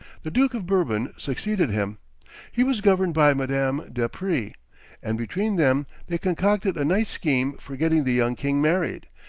the duke of bourbon succeeded him he was governed by madame de prie and between them they concocted a nice scheme for getting the young king married,